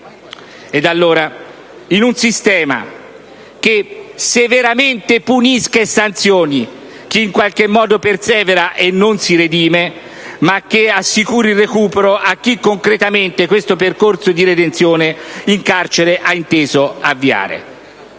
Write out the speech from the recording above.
E allora, un sistema che punisca severamente e sanzioni chi in qualche modo persevera e non si redime e assicuri il recupero a chi concretamente questo percorso di redenzione in carcere ha inteso avviare.